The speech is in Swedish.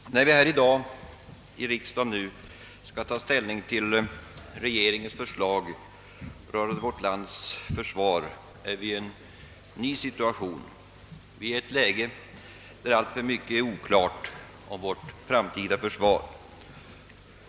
Herr talman! När vi i dag i riksdagen skall ta ställning till regeringens förslag rörande vårt lands försvar, befinner vi oss i ett nytt läge, där alltför mycket är oklart om vårt framtida försvar.